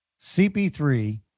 CP3